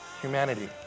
humanity